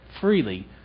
freely